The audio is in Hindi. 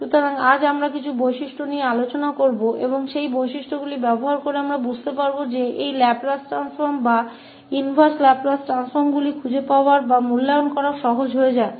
तो आज हम कुछ गुणों पर चर्चा करेंगे और उन गुणों का उपयोग करके हम महसूस करेंगे कि इस लाप्लास परिवर्तन या उलटा लाप्लास परिवर्तन को खोजना या मूल्यांकन करना आसान हो जाता है